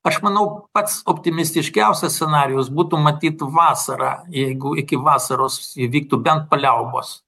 aš manau pats optimistiškiausias scenarijus būtų matyt vasarą jeigu iki vasaros įvyktų bent paliaubos